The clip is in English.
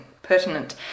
pertinent